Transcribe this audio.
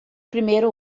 primeiro